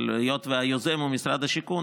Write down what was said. אבל היות שהיוזם הוא משרד השיכון,